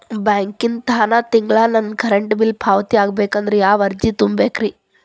ಬ್ಯಾಂಕಿಂದ ತಾನ ತಿಂಗಳಾ ನನ್ನ ಕರೆಂಟ್ ಬಿಲ್ ಪಾವತಿ ಆಗ್ಬೇಕಂದ್ರ ಯಾವ ಅರ್ಜಿ ತುಂಬೇಕ್ರಿ?